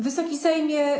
Wysoki Sejmie!